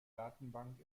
datenbank